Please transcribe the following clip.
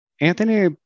Anthony